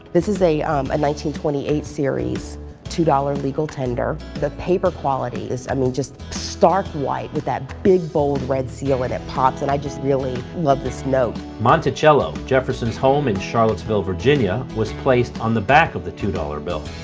this is a ah twenty eight series two dollars legal tender. the paper quality is, i mean, just stark white with that big bold red seal that pops and i just really love this note. monticello jefferson's home in charlottesville, virginia was placed on the back of the two dollars bill.